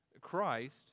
Christ